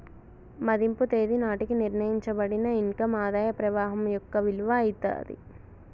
మదింపు తేదీ నాటికి నిర్ణయించబడిన ఇన్ కమ్ ఆదాయ ప్రవాహం యొక్క విలువ అయితాది